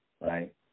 right